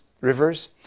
rivers